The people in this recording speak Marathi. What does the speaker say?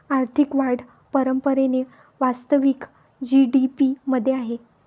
आर्थिक वाढ परंपरेने वास्तविक जी.डी.पी मध्ये आहे